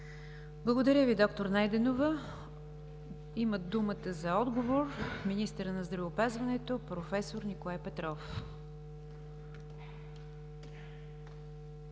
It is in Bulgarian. Благодаря Ви, д-р Найденова. Има думата за отговор министърът на здравеопазването – проф. Николай Петров.